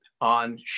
on